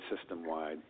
system-wide